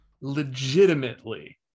legitimately